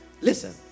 listen